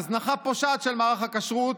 הזנחה פושעת של מערך הכשרות,